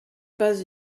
pas